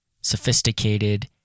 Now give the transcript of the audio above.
sophisticated